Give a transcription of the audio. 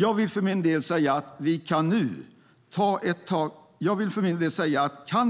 Jag vill för min del säga så här: Kan